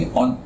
on